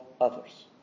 others